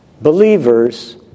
believers